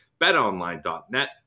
betonline.net